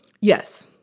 Yes